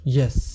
yes